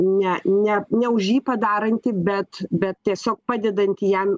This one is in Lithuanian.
ne ne ne už jį padaranti bet bet tiesiog padedanti jam